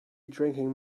drinking